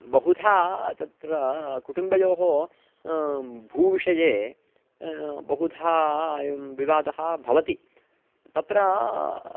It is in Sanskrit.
बहुधा तत्र कुटुम्बयोः भूविषये बहुधा एवं विवादः भवति तत्र